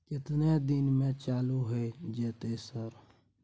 केतना दिन में चालू होय जेतै सर?